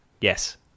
Yes